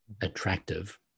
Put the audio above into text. attractive